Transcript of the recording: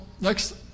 next